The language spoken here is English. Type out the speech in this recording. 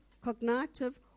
cognitive